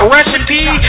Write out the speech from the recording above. Recipe